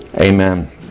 Amen